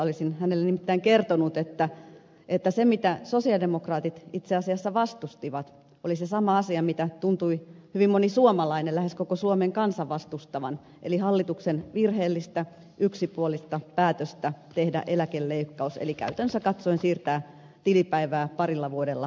olisin hänelle nimittäin kertonut että se mitä sosialidemokraatit itse asiassa vastustivat oli se sama asia mitä tuntui hyvin moni suomalainen lähes koko suomen kansa vastustavan eli hallituksen virheellistä yksipuolista päätöstä tehdä eläkeleikkaus eli käytännöllisesti katsoen siirtää tilipäivää parilla vuodella eteenpäin